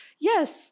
yes